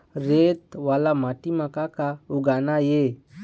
रेत वाला माटी म का का उगाना ये?